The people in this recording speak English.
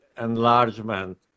enlargement